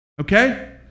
Okay